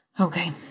Okay